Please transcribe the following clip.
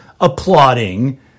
applauding